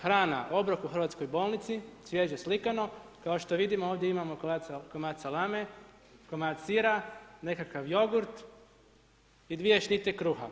Hrana, obrok u hrvatskoj bolnici, svježe slikano, kao što vidimo, ovdje imamo komad salame, komad sira, nekakav jogurt i dvije šnite kruha.